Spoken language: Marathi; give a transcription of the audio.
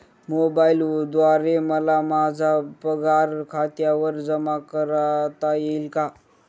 मोबाईलद्वारे मला माझा पगार खात्यावर जमा करता येईल का?